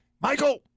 Michael